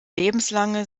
lebenslange